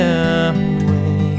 away